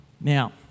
Now